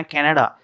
Canada